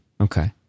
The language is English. Okay